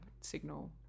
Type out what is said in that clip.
signal